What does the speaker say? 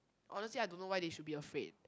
honestly I don't know why they should be afraid